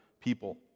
people